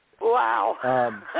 Wow